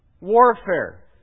warfare